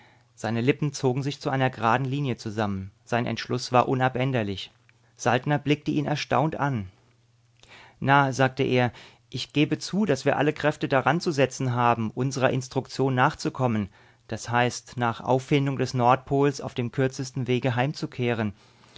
seine lippen zogen sich zu einer geraden linie zusammen sein entschluß war unabänderlich saltner blickte ihn erstaunt an na sagte er ich gebe zu daß wir alle kräfte daranzusetzen haben unsrer instruktion nachzukommen das heißt nach auffindung des nordpols auf dem kürzesten wege heimzukehren